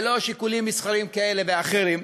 ללא שיקולים מסחריים כאלה ואחרים,